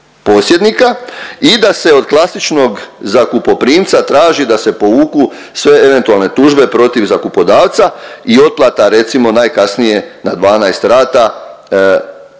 i da se od klasičnog zakupoprimca traži da se povuku sve eventualne tužbe protiv zakupodavca i otplata recimo najkasnije na 12 rata za